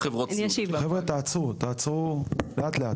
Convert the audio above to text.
חבר'ה תעצרו, לאט לאט.